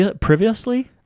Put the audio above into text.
Previously